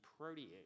protease